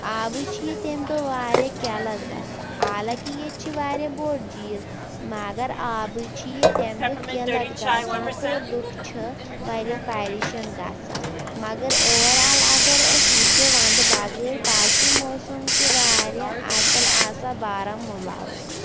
آبٕچ چھِ ییٚتہِ تَمہِ دۄہ واریاہ قٕلَت گژھان حالانٛکہ ییٚتہِ چھِ واریاہ بوٚڑ جھیٖل مگر آبٕچ چھِ ییٚتہِ تَمہِ دۄہ قٕلَت گژھان تہٕ لُکھ چھِ واریاہ پریشان گژھان مگر اوٚوَرآل اگر أسۍ وٕچھو وَندٕ بغٲر باقٕے موسم چھِ واریاہ اَصٕل آسان بارہموٗلاہُک